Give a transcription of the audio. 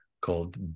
called